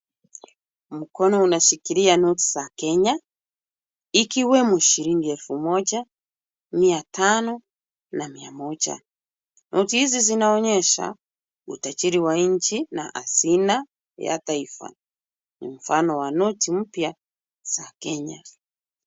Mkono unashikilia noti za Kenya ikiwemo shilingi elfu moja , mia tano na mia moja. Noti hizi zinaonyesha utajiri wa nchi na hazina ya taifa. Mfano wa noti mpya za Kenya.